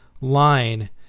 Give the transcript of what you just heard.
line